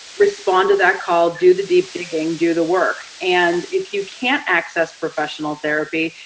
respond to that call, do the deep thinking, do the work. and if you can't access professional therapy,